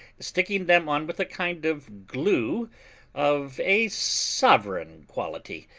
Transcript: sticking them on with a kind of glue of a sovereign quality,